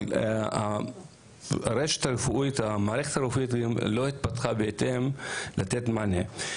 אבל המערכת הרפואית לא התפתחה בהתאם לתת מענה.